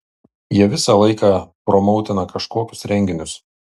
jie visą laiką promautina kažkokius renginius